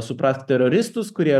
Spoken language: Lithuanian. suprask teroristus kurie